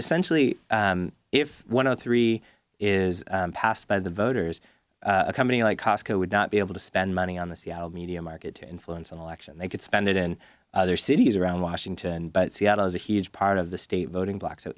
essentially if one of the three is passed by the voters a company like costco would not be able to spend money on the seattle media market to influence an election they could spend it in other cities around washington but seattle is a huge part of the state voting block so